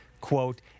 Quote